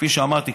כפי שאמרתי,